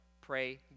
Pray